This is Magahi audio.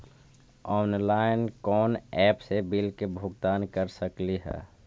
ऑनलाइन कोन एप से बिल के भुगतान कर सकली ही?